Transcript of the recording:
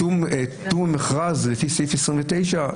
פטור ממכרז לפי סעיף 29,